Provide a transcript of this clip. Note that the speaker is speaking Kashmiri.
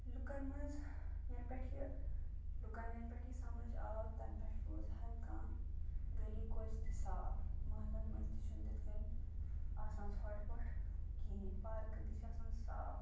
لُکَن مَنٛز یَنہٕ پیٚٹھِ یہِ لُکَن یَنہٕ پیٚٹھٕ یہِ سمجھ آو تَنہٕ پیٚٹھٕ روٗز ہر کانٛہہ گلی کوچہِ تہِ صاف مَحلَن مَنٛز تہِ چھُنہٕ تِتھ کنۍ آسان ژھوٚٹھ ووٚٹھ کِہیٖنۍ پارکہٕ تہِ چھِ آسان صاف